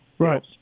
right